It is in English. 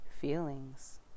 feelings